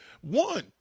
one